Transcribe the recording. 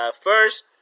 first